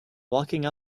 walking